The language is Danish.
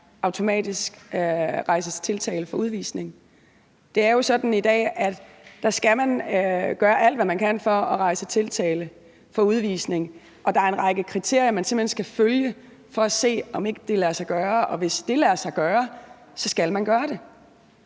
automatisk rejses tiltale for udvisning? Det er jo sådan i dag, at man skal gøre alt, hvad man kan, for at rejse tiltale for udvisning. Der er en række kriterier, man simpelt hen skal følge for at se, om ikke det lader sig gøre, og hvis det lader sig gøre, skal man gøre det.